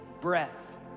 breath